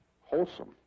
wholesome